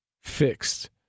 fixed